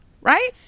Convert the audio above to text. right